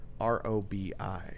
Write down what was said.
R-O-B-I